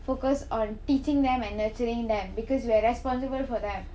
focus on teaching them and nuturing them because we are responsible for them